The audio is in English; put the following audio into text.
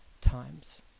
Times